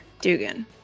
Dugan